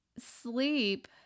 sleep